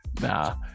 Nah